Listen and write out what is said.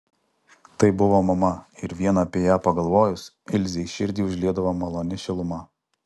tai buvo mama ir vien apie ją pagalvojus ilzei širdį užliedavo maloni šiluma